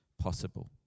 possible